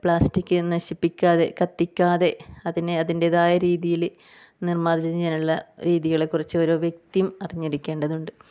plastic നശിപ്പിക്കാതെ കത്തിക്കാതെ അതിനെ അതിൻ്റെതായ രീതിയിൽ നിർമാർജനം ചെയ്യാനുള്ള രീതികളെ കുറിച്ച് ഓരോ വ്യക്തിയും അറിഞ്ഞിരിക്കേണ്ടതുണ്ട്